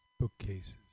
bookcases